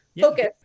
focus